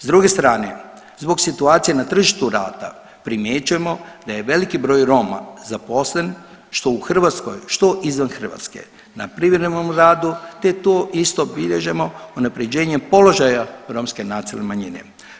S druge strane zbog situacije na tržištu rada primjećujemo da je veliki broj Roma zaposlen što u Hrvatskoj, što izvan Hrvatske na privremenom radu, te to isto bilježimo unaprjeđenjem položaja Romske nacionalne manjine.